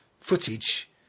footage